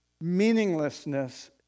meaninglessness